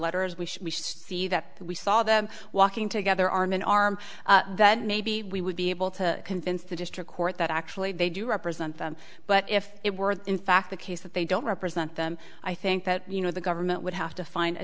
letters we see that we saw them walking together arm in arm that maybe we would be able to convince the district court that actually they do represent them but if it were in fact the case that they don't represent them i think that you know the government would have to find a